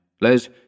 Les